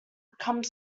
become